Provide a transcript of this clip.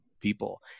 people